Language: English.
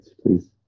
please